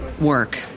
work